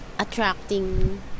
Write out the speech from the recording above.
Attracting